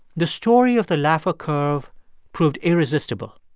the story of the laffer curve proved irresistible.